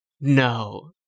No